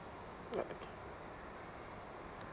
yup okay